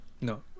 No